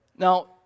Now